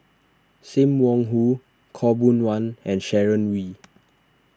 Sim Wong Hoo Khaw Boon Wan and Sharon Wee